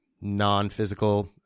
non-physical